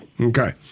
Okay